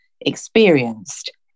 experienced